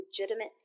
legitimate